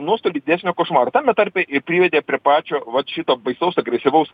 mus prie didesnio košmaro tame tarpe ir privedė prie pačio vat šito baisaus agresyvaus